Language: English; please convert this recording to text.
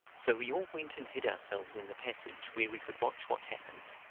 so we all went and hid ourselves in the passage where we could watch what happened.